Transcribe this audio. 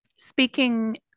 Speaking